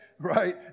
right